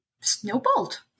snowballed